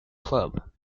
club